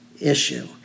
issue